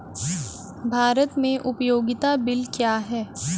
भारत में उपयोगिता बिल क्या हैं?